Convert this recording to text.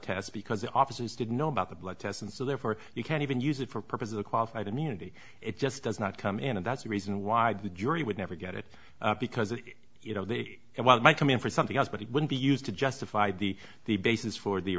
test because the officers did know about the blood test and so therefore you can even use it for purposes of qualified immunity it just does not come in and that's the reason why the jury would never get it because of you know what might come in for something else but it would be used to justify the the basis for the